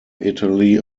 italy